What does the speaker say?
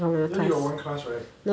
you only got one class right